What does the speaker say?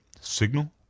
Signal